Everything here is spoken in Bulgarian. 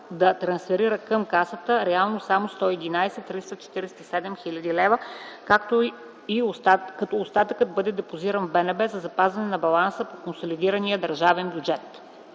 да трансферира реално само 111 347 хил. лв., като остатъкът бъде депозиран в БНБ за запазване на баланса по консолидирания държавен бюджет.